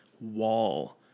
wall